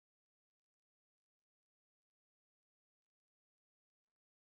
there's a green house that says shop